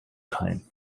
time